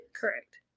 Correct